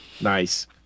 Nice